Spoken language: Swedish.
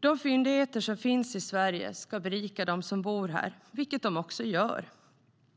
De fyndigheter som finns i Sverige ska berika dem som bor här, vilket de också gör.